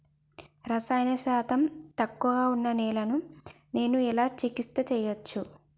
రసాయన శాతం తక్కువ ఉన్న నేలను నేను ఎలా చికిత్స చేయచ్చు?